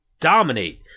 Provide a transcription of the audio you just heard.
dominate